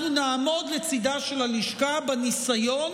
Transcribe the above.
אנחנו נעמוד לצידה של הלשכה בניסיון